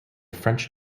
french